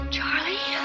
Charlie